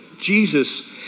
Jesus